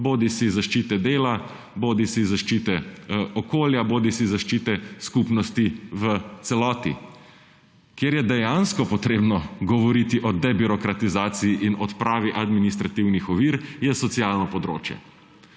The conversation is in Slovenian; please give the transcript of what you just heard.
bodisi zaščite dela, bodisi zaščite okolja, bodisi zaščite skupnosti v celoti. Kjer je dejansko potrebno govoriti o debirokratizaciji in odpravi administrativnih ovir, je socialno področje.